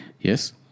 Yes